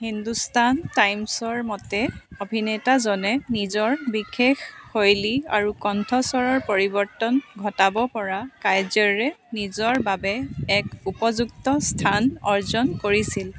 হিন্দুস্তান টাইমছৰ মতে অভিনেতাজনে নিজৰ বিশেষ শৈলী আৰু কণ্ঠস্বৰৰ পৰিৱৰ্তন ঘটাব পৰা কাৰ্য্যৰে নিজৰ বাবে এক উপযুক্ত স্থান অৰ্জন কৰিছিল